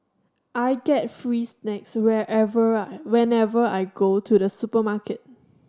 I get free snacks whenever I whenever I go to the supermarket